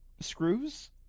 screws